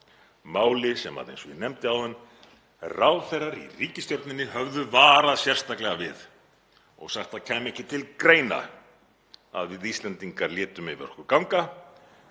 máli sem, eins og ég nefndi áðan, ráðherrar í ríkisstjórninni höfðu varað sérstaklega við og sagt að kæmi ekki til greina að við Íslendingar létum yfir okkur ganga.